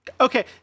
okay